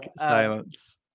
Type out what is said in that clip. silence